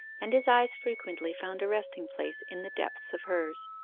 and his eyes frequently found a resting-place in the depths of hers.